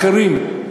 אחרים,